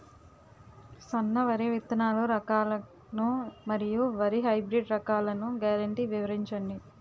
సన్న వరి విత్తనాలు రకాలను మరియు వరి హైబ్రిడ్ రకాలను గ్యారంటీ వివరించండి?